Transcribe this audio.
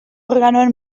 organoen